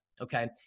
okay